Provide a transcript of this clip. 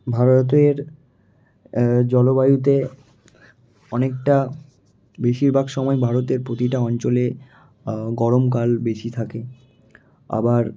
ভারতের জলবায়ুতে অনেকটা বেশিরভাগ সময়ই ভারতের প্রতিটা অঞ্চলে গরমকাল বেশি থাকে আবার